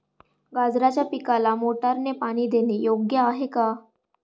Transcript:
गाजराच्या पिकाला मोटारने पाणी देणे योग्य आहे का?